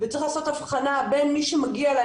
צריך לעשות הבחנה בין מי שמגיע אלי,